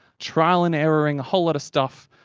trial-and-erroring a whole lot of stuff,